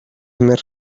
més